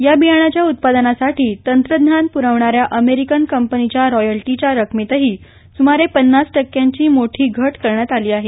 या बियाणाच्या उत्पादनासाठीसाठी तंत्रज्ञान प्रवणाऱ्या अमेरिकन कंपनीच्या रॉयल्टीच्या रकमेतही सुमारे पन्नास टक्क्यांची मोठी घट करण्यात आली आहे